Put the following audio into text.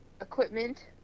equipment